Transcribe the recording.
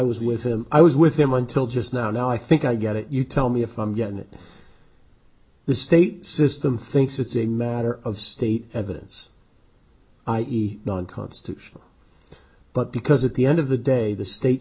was with him i was with him until just now now i think i got it you tell me if i'm getting it the state system thinks it's a matter of state evidence i e non constitutional but because at the end of the day the state